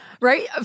right